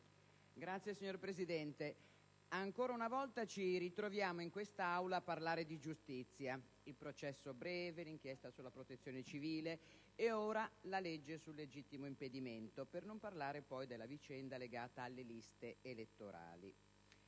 Signor Presidente, ancora una volta ci ritroviamo in quest'Aula a parlare di giustizia, prima con il processo breve e l'inchiesta sulla Protezione civile e ora con la legge sul legittimo impedimento, per non parlare poi della vicenda legata alle liste elettorali.